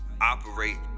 operate